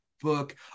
book